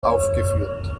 aufgeführt